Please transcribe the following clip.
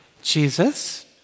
Jesus